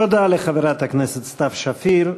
לחברת הכנסת סתיו שפיר.